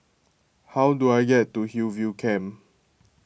how do I get to Hillview Camp